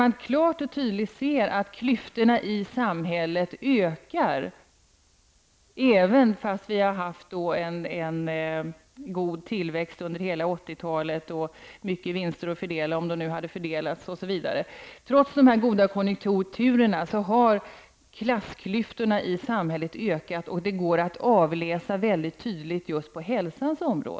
Man kan klart och tydligt se att klyftorna i samhället har ökat trots en god tillväxt under hela 80-talet med stora vinster att fördela. Detta går att avläsa väldigt tydligt just på hälsan.